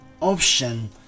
option